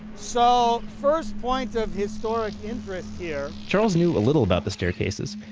so, first point of historic interest here charles knew a little about the staircases.